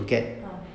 ah